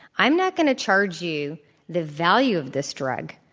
i'm not going to charge you the value of this drug.